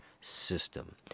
system